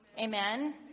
Amen